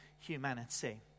humanity